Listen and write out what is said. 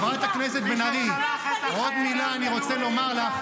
חברת הכנסת בן ארי, עוד מילה אני רוצה לומר לך: